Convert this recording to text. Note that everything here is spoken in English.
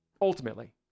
Ultimately